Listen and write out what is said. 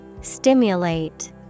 Stimulate